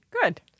Good